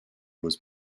was